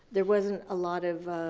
there wasn't a lot of